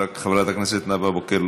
חברת הכנסת נאוה בוקר,